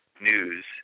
news